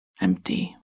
empty